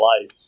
life